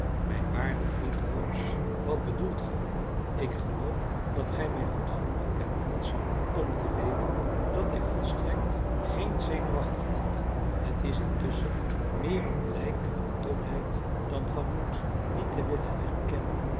mijn waarde vriend holmes wat bedoelt ge ik geloof dat gij mij goed genoeg kent watson om te weten dat ik volstrekt geen zenuwachtig man ben het is intusschen meer een blijk van domheid dan van moed niet te willen erkennen